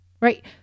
right